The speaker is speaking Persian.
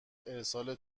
ارسال